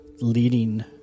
leading